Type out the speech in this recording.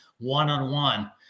one-on-one